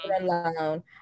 alone